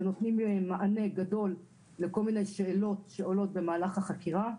שנותנים מענה גדול לכל מיני שאלות שעולות במהלך החקירה.